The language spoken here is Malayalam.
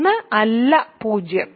1 അല്ല 0